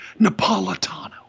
Napolitano